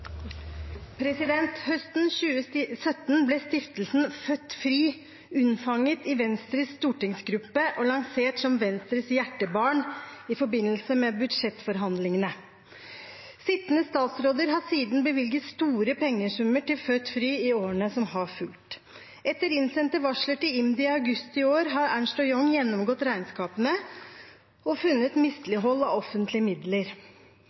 lansert som Venstres hjertebarn i forbindelse med budsjettforhandlingene. Skiftende statsråder har siden bevilget store pengesummer til Født Fri i årene som har fulgt. Etter innsendte varsler til IMDi i august i år har Ernst & Young gjennomgått regnskapene og funnet mislighold av offentlige midler.